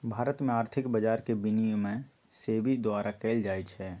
भारत में आर्थिक बजार के विनियमन सेबी द्वारा कएल जाइ छइ